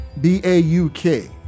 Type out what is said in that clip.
B-A-U-K